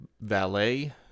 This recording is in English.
valet